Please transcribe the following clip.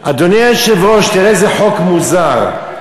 אדוני היושב-ראש, תראה איזה חוק מוזר.